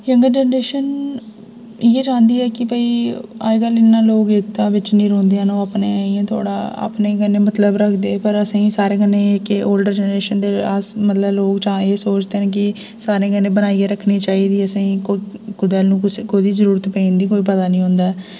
younger generation इ'यै चांह्दी ऐ कि भई अज्जकल इन्ना लोक एकता बिच्च नी रौंह्दे हैन ओह् अपने इयां थोह्ड़ा अपने कन्नै मतलबब रखदे पर असेंगी सारें कन्नै कि ओल्डर जनरेशन दे अस मतलब लोग जां एह् सोचदे न कि सारें कन्नै बनाइयै रक्खनी चाहि्दी असेंगी कुदै न कोह्दी जरूरत पेई जंदी कोई पता नी होंदा ऐ